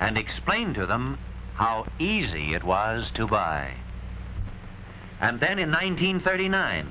and explain to them how easy it was to buy and then in nineteen thirty nine